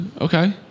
okay